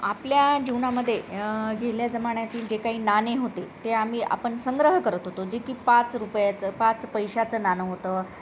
आपल्या जीवनामध्ये गेल्या जमान्यातील जे काही नाणे होते ते आम्ही आपण संग्रह करत होतो जे की पाच रुपयाचं पाच पैशाचं नाणं होतं